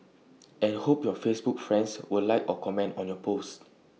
and hope your Facebook friends will like or comment on your post